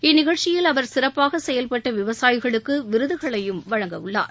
இந்நிகழ்ச்சியில் அவர் சிறப்பாக செயல்பட்ட விவசாயிகளுக்கு விருதுகளையும் வழங்கவுள்ளார்